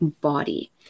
body